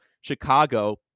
Chicago